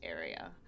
area